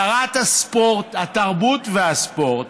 שרת התרבות והספורט